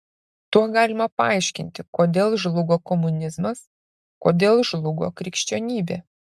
tuo galima paaiškinti kodėl žlugo komunizmas kodėl žlugo krikščionybė